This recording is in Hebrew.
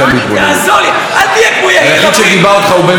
אני חושב שהתגובות מהאופוזיציה לגבי